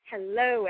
Hello